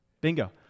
Bingo